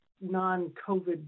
non-COVID